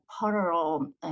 parallel